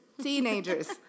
teenagers